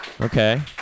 Okay